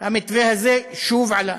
המתווה הזה שוב עלה.